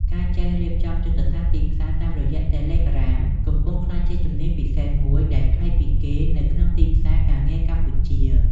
ការចេះរៀបចំយុទ្ធសាស្ត្រទីផ្សារតាមរយៈ Telegram កំពុងក្លាយជាជំនាញពិសេសមួយដែលប្លែកពីគេនៅក្នុងទីផ្សារការងារកម្ពុជា។